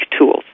tools